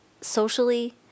socially